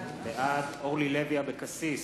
בעד אורלי לוי אבקסיס,